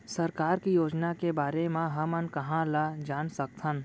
सरकार के योजना के बारे म हमन कहाँ ल जान सकथन?